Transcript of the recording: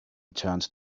turned